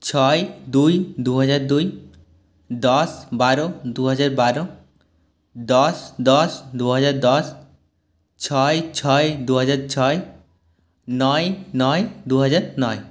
ছয় দুই দু হাজার দুই দশ বারো দু হাজার বারো দশ দশ দু হাজার দশ ছয় ছয় দু হাজার ছয় নয় নয় দু হাজার নয়